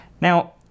Now